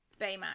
Baymax